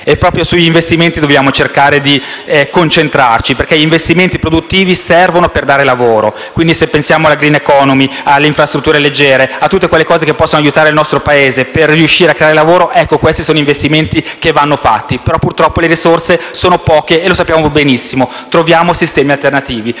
Proprio sugli investimenti dobbiamo cercare di concentrarci, perché gli investimenti produttivi servono per dare lavoro, quindi quelli sulla *green economy*, sulle infrastrutture leggere, su tutte quelle cose che possono aiutare il nostro Paese per riuscire a creare lavoro sono tutti investimenti che vanno fatti. Purtroppo le risorse sono poche e lo sappiamo benissimo, quindi troviamo sistemi alternativi,